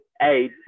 Hey